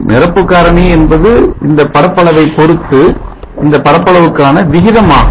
நிரப்பு காரணி என்பது இந்த பரப்பளவை பொருத்து இந்த பரப்பளவுக்கான விகிதமாகும்